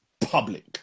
public